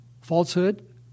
falsehood